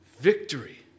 victory